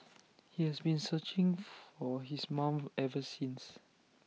he has been searching for his mom ever since